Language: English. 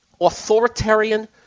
authoritarian